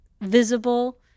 visible